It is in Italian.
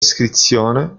iscrizione